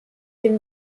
dem